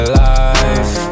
life